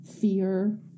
fear